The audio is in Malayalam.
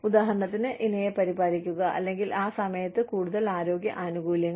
ഉദാഹരണത്തിന് ഇണയെ പരിപാലിക്കുക അല്ലെങ്കിൽ ആ സമയത്ത് കൂടുതൽ ആരോഗ്യ ആനുകൂല്യങ്ങൾ